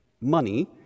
money—